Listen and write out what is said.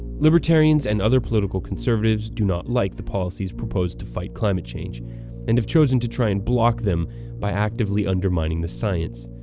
libertarians and other political conservatives do not like the policies proposed to fight climate change and have chosen to try and block them by actively undermining the science.